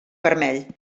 vermell